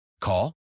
Call